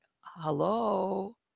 hello